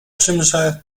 czymże